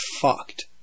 fucked